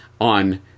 on